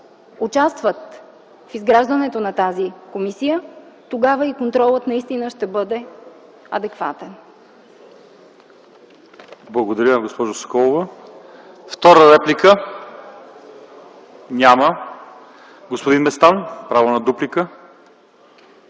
участват в изграждането на тази комисия, тогава и контролът наистина ще бъде адекватен.